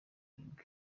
irindwi